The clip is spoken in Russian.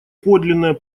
подлинное